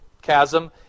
chasm